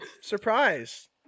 Surprise